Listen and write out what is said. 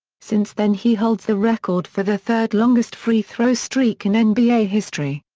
since then he holds the record for the third longest free-throw streak and in nba history.